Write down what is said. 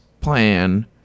plan